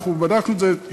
אנחנו בדקנו את זה,